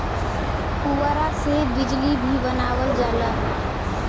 पुवरा से बिजली भी बनावल जाला